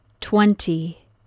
twenty